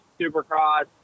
Supercross